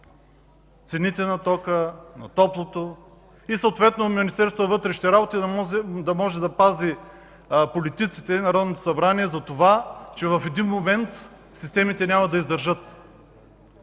цените на тока, на топлото. И съответно Министерство на вътрешните работи да пази политиците и Народното събрание за това, че в един момент системите няма да издържат.